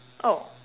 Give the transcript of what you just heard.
oh